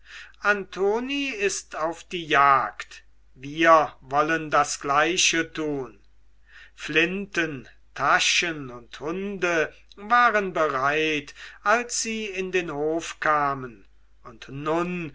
antoni ist auf die jagd wir wollen das gleiche tun flinten taschen und hunde waren bereit als sie in den hof kamen und nun